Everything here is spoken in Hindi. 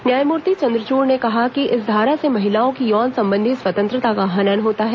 न्यायमूर्ति चन्द्रचूड़ ने कहा कि इस धारा से महिलाओं की यौन संबंधी स्वतंत्रता का हनन होता है